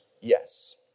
Yes